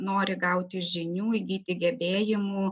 nori gauti žinių įgyti gebėjimų